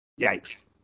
Yikes